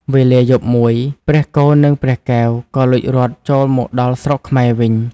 វេលាយប់មួយ ព្រះគោនិងព្រះកែវក៏លួចរត់ចូលមកដល់ស្រុកខ្មែរវិញ។